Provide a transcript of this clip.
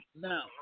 Now